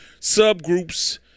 subgroups